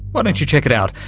why don't you check it out,